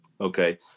Okay